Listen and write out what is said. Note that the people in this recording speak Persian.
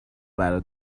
برا